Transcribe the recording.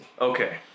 Okay